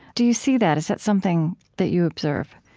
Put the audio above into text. do you see that? is that something that you observe?